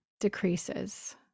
decreases